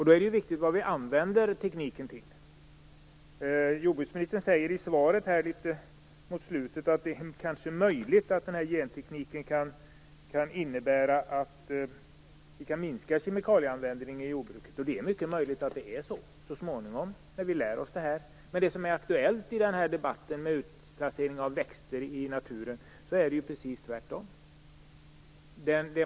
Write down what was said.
Då är det viktigt att se vad vi använder tekniken till. Jordbruksministern säger i slutet av svaret att det är möjligt att användningen av gentekniken kan innebära att vi kan minska kemikalieanvändningen i jordbruket. Det är mycket möjligt att det så småningom, när vi lär oss det här, kan bli så. Men när det gäller det som är aktuellt i den här debatten - utplacering av växter i naturen - är det precis tvärtom.